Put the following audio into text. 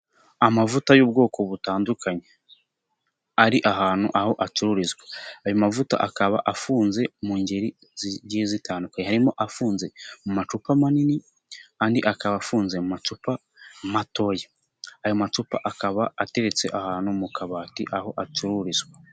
Amavuta y'ubwoko butandukanye, ari ahantu aho acururizwa, ayo mavuta akaba afunze mu ngeri zigiye zitandukanye, harimo afunze mu macupa manini, andi akaba afunze mu macupa matoya. Ayo macupa akaba ateretse ahantu mu kabati, aho acururizwa.